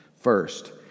First